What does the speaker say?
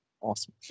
Awesome